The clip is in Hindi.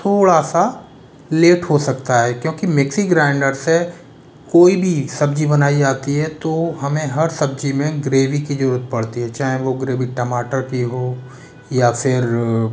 थोड़ा सा लेट हो सकता है क्यूँकि मिक्सी ग्राइंडर से कोई भी सब्जी बनाई जाती है तो हमें हर सब्जी में ग्रेवी की ज़रूरत पड़ती है चाहे वो ग्रेवी टमाटर की हो या फिर